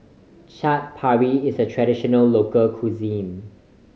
Chaat Papri is a traditional local cuisine